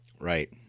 Right